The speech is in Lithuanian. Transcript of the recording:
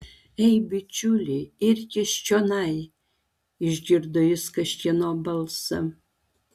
ei bičiuli irkis čionai išgirdo jis kažkieno balsą